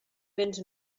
vens